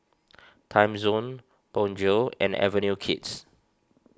Timezone Bonjour and Avenue Kids